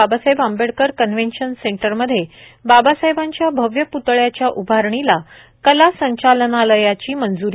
Babasaheb Ambedkar convention सेंटरमध्ये बाबासाहेबांच्या भव्य पुतळयाच्या उभारणीला कला संचालनालयाची मंजूरी